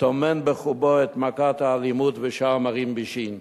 טומן בחובו את מכת האלימות ושאר מרעין בישין.